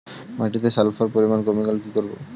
মাটিতে সালফার পরিমাণ কমে গেলে কি করব?